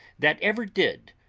that ever did,